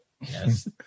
Yes